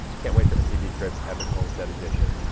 can't wait for mtv cribs epic homestead edition.